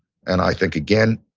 and i think again,